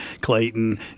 Clayton